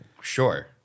Sure